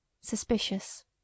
suspicious